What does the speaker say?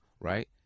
right